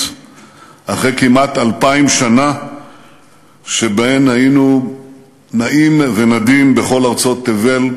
אחרי כמעט אלפיים שנה שבהן היינו נעים ונדים בכל ארצות תבל,